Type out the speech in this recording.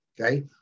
okay